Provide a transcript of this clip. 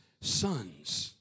sons